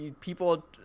people